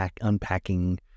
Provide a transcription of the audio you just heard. unpacking